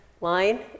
line